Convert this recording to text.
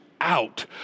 out